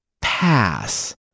pass